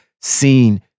seen